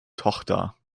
tochter